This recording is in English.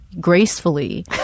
gracefully